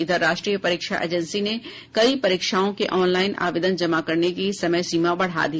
इधर राष्ट्रीय परीक्षा एजेंसी ने कई परीक्षाओं के ऑनलाइन आवेदन जमा करने की समय सीमा बढ़ा दी